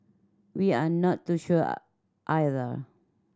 we are not too sure either